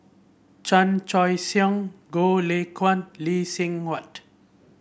Chan Choy Siong Goh Lay Kuan Lee Seng Huat